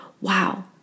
wow